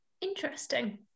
Interesting